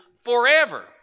forever